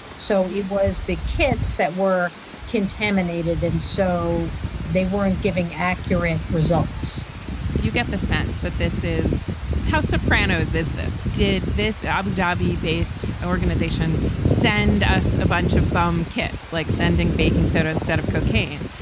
so it was the kids that were contaminated and so they weren't giving accurate results do you get the sense that this is how sopranos is this? did this abu dhabi based organization send us a bunch of but um kids, like sending baking soda instead of cocaine,